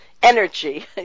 Energy